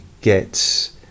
get